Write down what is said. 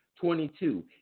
Twenty-two